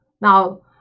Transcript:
Now